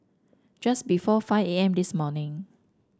just before five A M this morning